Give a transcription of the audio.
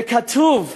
וכתוב בתלמוד: